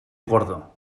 gordo